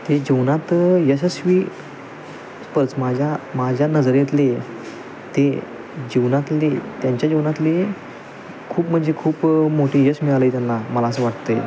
ते जीवनात यशस्वी पच माझ्या माझ्या नजरेतले ते जीवनातले त्यांच्या जीवनातले खूप म्हणजे खूप मोठे यश मिळालं आहे त्यांना मला असं वाटत आहे